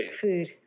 food